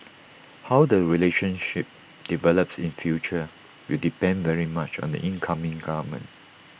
how the relationship develops in future will depend very much on the incoming government